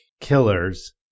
killers